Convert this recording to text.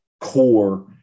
core